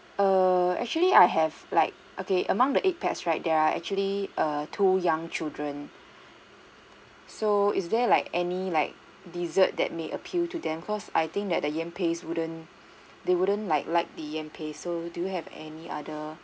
err actually I have like okay among the eight pax right there are actually err two young children so is there like any like dessert that may appeal to them cause I think that the yam paste wouldn't they wouldn't like like the yam paste so do you have any other